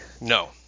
No